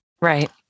Right